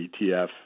ETF